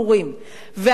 וההנחה בכלל,